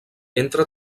entra